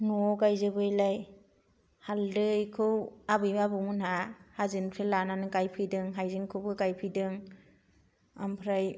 न'आव गायजोबैलाय हालदैखौ आबै आबौमोनहा हाजोनिफ्राय लायनानै गायफैदों हाइजेंखौबो गायफैदों ओमफ्राय